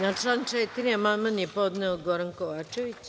Na član 4. amandman je podneo Goran Kovačević.